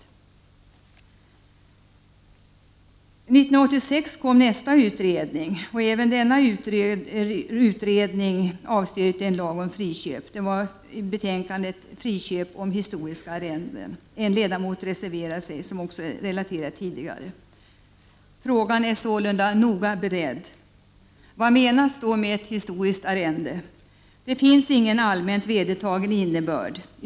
1986 kom nästa utredning, betänkandet Friköp av historiska arrenden. Även denna utredning avstyrkte en lag om friköp. En av ledamöterna reserverade sig, vilket också relaterades här tidigare. Frågan är sålunda noga beredd. Vad menas då med ett historiskt arrende? Det finns inte någon allmänt vedertagen innebörd.